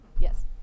Yes